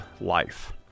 life